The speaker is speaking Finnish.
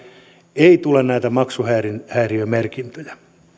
ei tule näitä maksuhäiriömerkintöjä